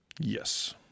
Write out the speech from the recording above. Yes